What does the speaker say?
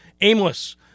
aimless